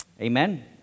Amen